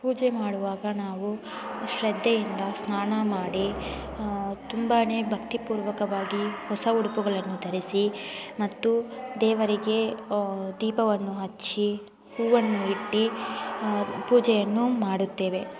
ಪೂಜೆ ಮಾಡುವಾಗ ನಾವು ಶ್ರದ್ಧೆಯಿಂದ ಸ್ನಾನ ಮಾಡಿ ತುಂಬಾ ಭಕ್ತಿ ಪೂರ್ವಕವಾಗಿ ಹೊಸ ಉಡುಪುಗಳನ್ನು ಧರಿಸಿ ಮತ್ತು ದೇವರಿಗೆ ದೀಪವನ್ನು ಹಚ್ಚಿ ಹೂವನ್ನು ಇಟ್ಟು ಪೂಜೆಯನ್ನು ಮಾಡುತ್ತೇವೆ